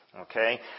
Okay